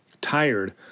tired